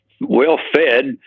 well-fed